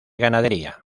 ganadería